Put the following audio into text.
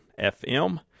FM